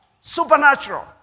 Supernatural